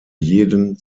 jeden